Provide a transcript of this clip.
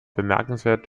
bemerkenswert